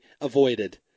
avoided